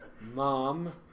mom